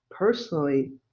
personally